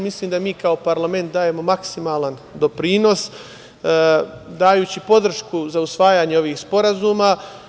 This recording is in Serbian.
Mislim, da mi kao parlament dajemo maksimalan doprinos dajući podršku za usvajanje ovih sporazuma.